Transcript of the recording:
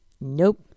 nope